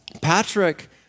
Patrick